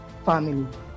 family